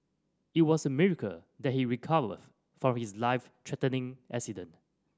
it was a miracle that he recovered from his life threatening accident